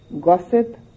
gossip